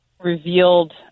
revealed